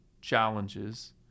challenges